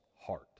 heart